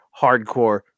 Hardcore